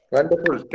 Wonderful